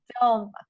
film